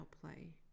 play